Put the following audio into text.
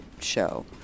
show